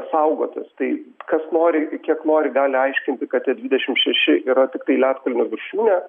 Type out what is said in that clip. saugotis tai kas nori kiek nori gali aiškinti kad ir dvidešim šeši yra tiktai ledkalnio viršūnė